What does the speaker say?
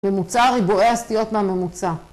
ממוצע ריבועי הסטיות מהממוצע.